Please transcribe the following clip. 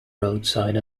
roadside